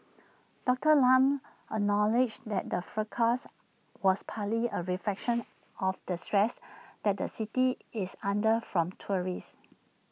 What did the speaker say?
Doctor Lam acknowledges that the fracas was partly A reflection of the stress that the city is under from tourists